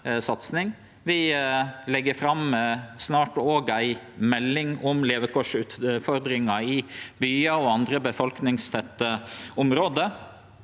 Vi legg òg snart fram ei melding om levekårsutfordringar i byar og andre befolkningstette område.